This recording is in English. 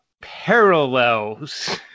parallels